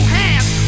hands